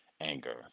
anger